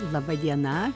laba diena